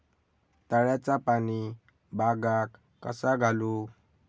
तळ्याचा पाणी बागाक कसा घालू?